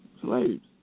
slaves